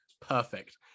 Perfect